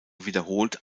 wiederholt